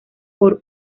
por